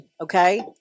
Okay